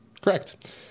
Correct